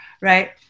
right